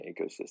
ecosystem